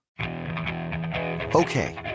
Okay